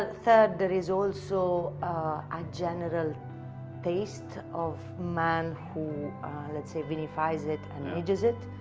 ah third there is also ah general taste of man who let's say vinifies it and ages it.